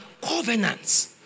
covenants